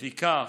לפיכך,